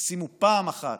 תשימו פעם אחת